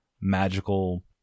magical